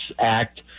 act